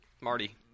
Marty